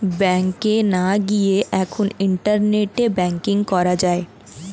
ব্যাংকে না গিয়েই এখন ইন্টারনেটে ব্যাঙ্কিং করা যায়